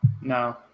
No